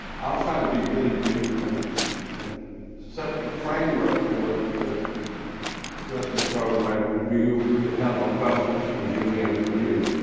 i'll try to be really brief and and set the framework for the rest of the program when we'll depend on questions from julie and from you.